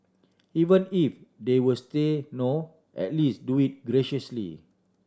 even if they was say no at least do it graciously